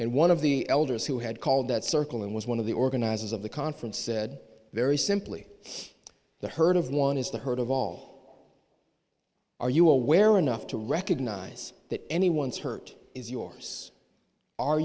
and one of the elders who had called that circle and was one of the organizers of the conference said very simply the heard of one is the hurt of all are you aware enough to recognize that any one's hurt is yours are